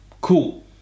Cool